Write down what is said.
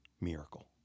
miracle